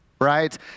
right